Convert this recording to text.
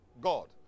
God